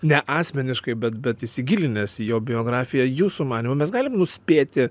ne asmeniškai bet bet įsigilinęs į jo biografiją jūsų manymu mes galim nuspėti